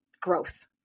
Growth